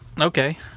Okay